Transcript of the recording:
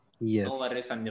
Yes